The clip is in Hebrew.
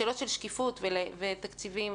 סוגיות של שקיפות ותקציבים,